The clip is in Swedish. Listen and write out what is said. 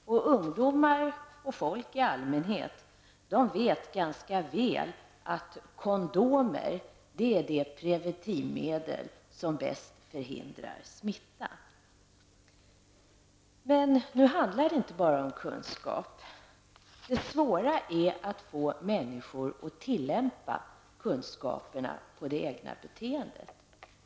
Och ungdomar och folk i allmänhet vet ganska väl att kondom är det preventivmedel som bäst förhindrar smitta. Men det handlar inte bara om kunskap. Det svåra är att få människor att tillämpa kunskaperna på det egna beteendet.